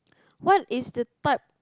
what is the type